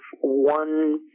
one